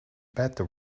beta